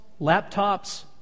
laptops